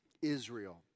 Israel